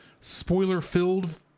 spoiler-filled